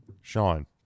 Sean